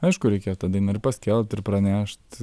aišku reikia tą dainą ir paskelbt ir pranešt